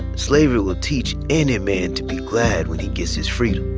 slavery will ah teach any man to be glad when he gets his freedom.